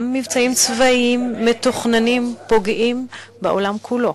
גם מבצעים מתוכננים פוגעים בעולם כולו,